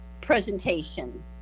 presentation